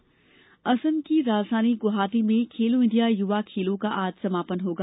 खेलो India Assam की राजधानी गुवाहाटी में खेलो इंडिया युवा खेलों का आज समापन होगा